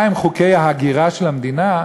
מה הם חוקי ההגירה של המדינה,